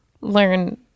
learn